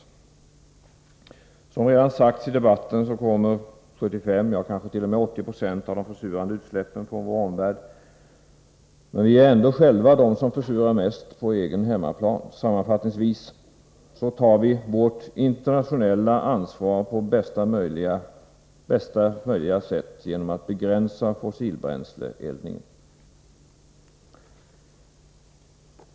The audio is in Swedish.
Som redan sagts i debatten kommer 75, ja kanske t.o.m. 80 2 av de försurande utsläppen från vår omvärld, men vi själva är ändå de som försurar mest på hemmaplan. Sammanfattningsvis tar vi vårt internationella ansvar på bästa möjliga sätt genom att begränsa fossilbränsleeldningen.